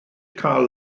cael